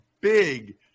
big